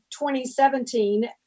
2017